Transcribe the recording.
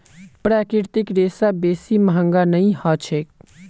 प्राकृतिक रेशा बेसी महंगा नइ ह छेक